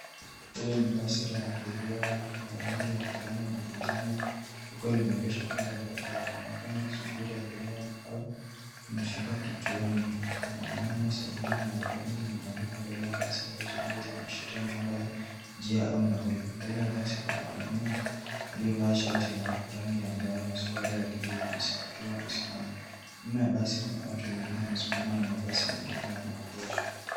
Hili ni basi la abiria la rangi ya kijani na manjano likiwa limeegeshwa kando ya barabara. Inaonekana ikisubiri abiria au limefika kituoni. Kuna namba sabini na arubaini zimebandikwa mbele ya basi, ambazo huenda zinaashiria yanayoashiria namba ya njia au nauri. Mbele ya basi kuna wanaume waliovaa shati la rangi ya njano na suruali za kijivu, wakiwa wamesimama. Nyuma ya basi kuna watu wengine wamesimama, na mabasi mengine yameegeshwa.